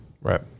Right